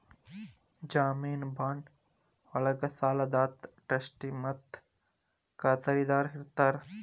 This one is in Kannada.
ಜಾಮೇನು ಬಾಂಡ್ ಒಳ್ಗ ಸಾಲದಾತ ಟ್ರಸ್ಟಿ ಮತ್ತ ಖಾತರಿದಾರ ಇರ್ತಾರ